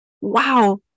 wow